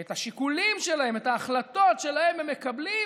שאת השיקולים שלהם, את ההחלטות שלהם, הם מקבלים